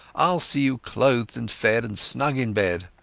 iall see you clothed and fed and snug in bed.